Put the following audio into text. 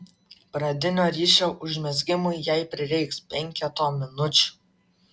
pradinio ryšio užmezgimui jai prireiks penketo minučių